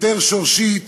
יותר שורשית,